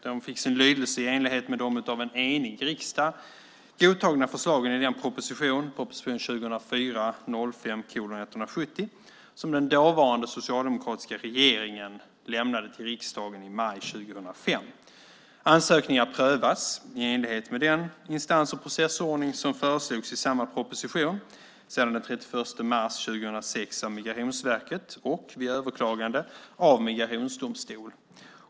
De fick sin lydelse i enlighet med de av en enig riksdag godtagna förslagen i den proposition som den dåvarande socialdemokratiska regeringen lämnade till riksdagen i maj 2005. Ansökningar prövas - i enlighet med den instans och processordning som föreslogs i samma proposition - sedan den 31 mars 2006 av Migrationsverket och, vid överklagande, av migrationsdomstol.